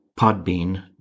podbean